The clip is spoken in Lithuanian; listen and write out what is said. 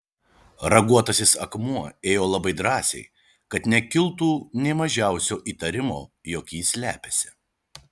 raguotasis akmuo ėjo labai drąsiai kad nekiltų nė mažiausio įtarimo jog jis slepiasi